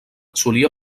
solia